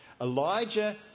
Elijah